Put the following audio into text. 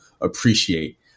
appreciate